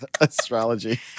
astrology